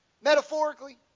metaphorically